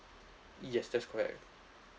yes that's correct